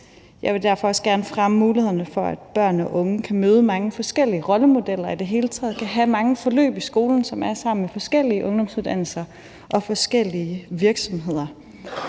jeg vil derfor også gerne fremme mulighederne for, at børn og unge kan møde mange forskellige rollemodeller og i det hele taget have mange forløb i skolen, som er sammen med forskellige ungdomsuddannelser og forskellige virksomheder.